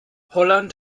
holland